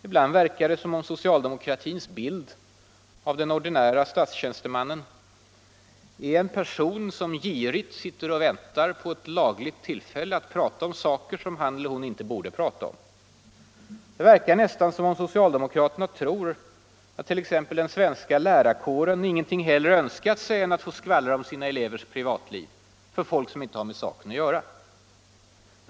Ibland verkar det som om socialdemokratins bild av den ordinäre statstjänstemannen är en person som girigt sitter och väntar på ett lagligt tillfälle att prata om saker som han eller hon inte borde prata om. Det verkar nästan om om socialdemokraterna tror att t.ex. den svenska lärarkåren ingenting hellre önskat sig än att få skvallra om sina elevers privatliv för folk som inte har med saken att göra.